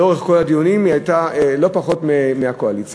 לאורך כל הדיונים היא הייתה לא פחות מהקואליציה.